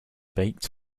baked